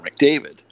McDavid